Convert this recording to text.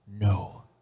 No